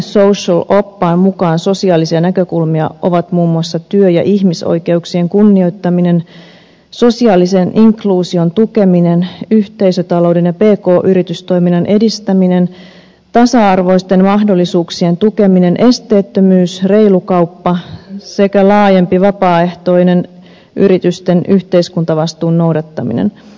buying social oppaan mukaan sosiaalisia näkökulmia ovat muun muassa työ ja ihmisoikeuksien kunnioittaminen sosiaalisen inkluusion tukeminen yhteisötalouden ja pk yritystoiminnan edistäminen tasa arvoisten mahdollisuuksien tukeminen esteettömyys reilu kauppa sekä laajempi vapaaehtoinen yritysten yhteiskuntavastuun noudattaminen